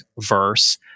verse